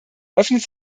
öffnet